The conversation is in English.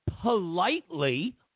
politely